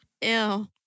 Ew